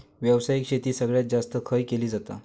व्यावसायिक शेती सगळ्यात जास्त खय केली जाता?